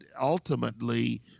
ultimately